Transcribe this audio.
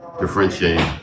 differentiate